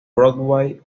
broadway